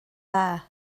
dda